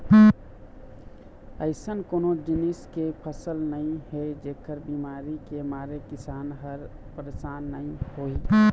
अइसन कोनो जिनिस के फसल नइ हे जेखर बिमारी के मारे किसान ह परसान नइ होही